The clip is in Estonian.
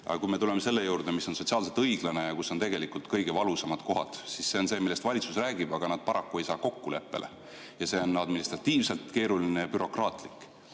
Aga kui me tuleme selle juurde, mis on sotsiaalselt õiglane ja kus on tegelikult kõige valusamad kohad, siis see on see, millest valitsus räägib, aga nad paraku ei saa kokkuleppele ja see on administratiivselt keeruline ja bürokraatlik.